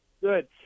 Good